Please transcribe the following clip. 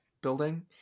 building